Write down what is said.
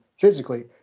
physically